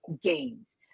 games